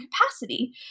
capacity